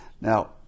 Now